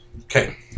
Okay